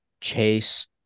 Chase